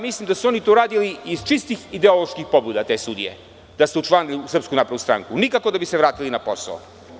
Mislim da su oni to radili iz čistih ideoloških pobuda, te sudije, da su se učlanili u SNS, nikako da bi se vratili na posao.